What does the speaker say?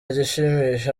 gishimisha